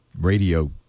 radio